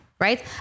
Right